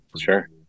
Sure